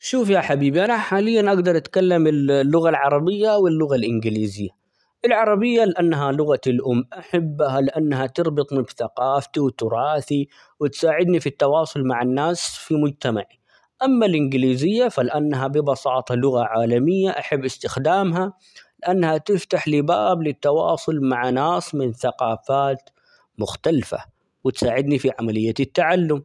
شوف يا حبيبي أنا حاليًا أقدر أتكلم -ال- اللغة العربية واللغة الإنجليزية ،العربية لأنها لغتي الأم أحبها ؛لأنها تربطني بثقافتي ،وتراثي ، وتساعدن ي في التواصل مع الناس -ف- في مجتمعي ، أما الإنجليزية فلانها ببساطة لغة عالمية أحب استخدامها ؛ لإنها تفتح لى باب للتواصل مع ناس من ثقافات مختلفة، وتساعدني في عملية التعلم.